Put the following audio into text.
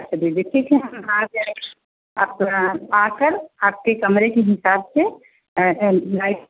दीदी ठीक है हम आ जाएंगे आप आकर आपके कमरे के हिसाब से